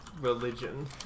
religion